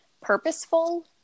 purposeful